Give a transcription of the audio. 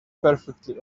perfectly